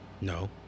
No